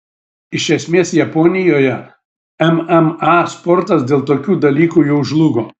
iš esmės japonijoje mma sportas dėl tokių dalykų jau žlugo